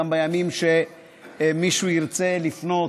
גם לימים שמישהו ירצה לפנות